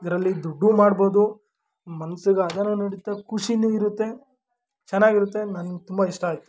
ಇದರಲ್ಲಿ ದುಡ್ಡೂ ಮಾಡ್ಬೋದು ಮನ್ಸಿಗೆ ಹದನು ನೀಡುತ್ತೆ ಖುಷಿನೂ ಇರುತ್ತೆ ಚೆನ್ನಾಗಿರುತ್ತೆ ನನ್ಗೆ ತುಂಬ ಇಷ್ಟ ಆಯಿತು